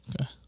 Okay